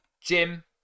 Jim